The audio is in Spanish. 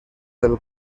del